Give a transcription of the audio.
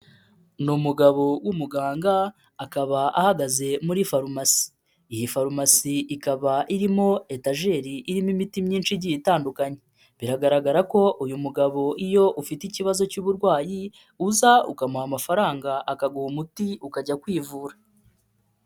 Ni umugabo w'umuganga, akaba ahagaze muri farumasi. Iyi farumasi ikaba irimo etajeri irimo imiti myinshi igiye itandukanye, bigaragara ko uyu mugabo iyo ufite ikibazo cy'uburwayi, uza ukamuha amafaranga, akaguha umuti ukajya kwivura.